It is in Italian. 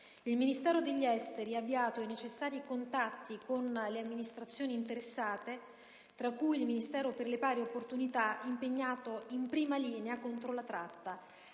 il Ministero degli esteri ha avviato i necessari contatti con le amministrazioni interessate, tra cui il Ministero per le pari opportunità, impegnato in prima linea contro la tratta,